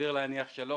סביר להניח שלא.